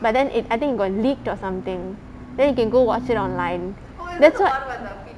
but then it I think it got leaked or something then you can go watch it online that's [what]